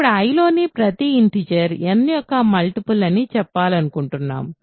ఇప్పుడు I లోని ప్రతి ఇంటిజర్ n యొక్క మల్టిపుల్ అని చెప్పాలనుకుంటున్నాము